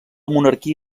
monarquia